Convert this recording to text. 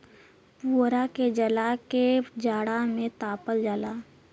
पुवरा के जला के जाड़ा में तापल जाला